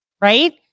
right